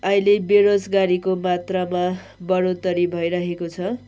अहिले बेरोजगारीको मात्रामा बढोत्तरी भइरहेको छ